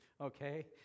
okay